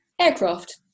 aircraft